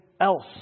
else